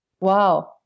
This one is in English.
Wow